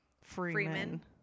Freeman